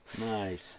nice